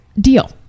Deal